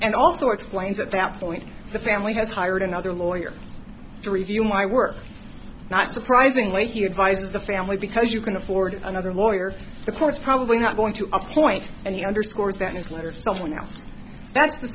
and also explains at that point the family has hired another lawyer to review my work not surprisingly he advises the family because you can afford another lawyer the courts probably not going to appoint and you underscores that newsletter someone else that's the